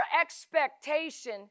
expectation